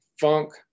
Funk